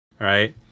right